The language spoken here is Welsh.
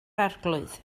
arglwydd